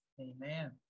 Amen